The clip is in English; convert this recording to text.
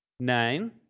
nine.